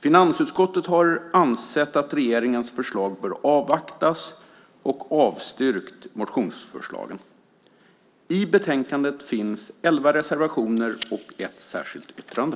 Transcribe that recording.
Finansutskottet har ansett att regeringens förslag bör avvaktas och avstyrkt motionsförslagen. I betänkandet finns elva reservationer och ett särskilt yttrande.